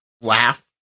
laugh